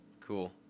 cool